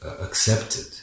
accepted